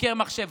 חוקר מחשב.